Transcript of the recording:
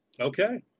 Okay